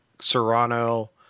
Serrano